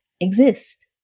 exist